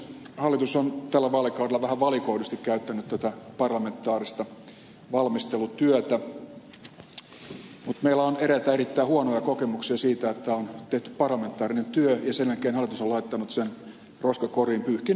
hallitus on tällä vaalikaudella vähän valikoidusti käyttänyt tätä parlamentaarista valmistelutyötä mutta meillä on eräitä erittäin huonoja kokemuksia siitä että on tehty parlamentaarinen työ ja sen jälkeen hallitus on laittanut sen roskakoriin pyyhkinyt pöytää